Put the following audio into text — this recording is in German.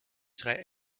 drei